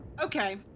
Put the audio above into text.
Okay